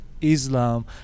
Islam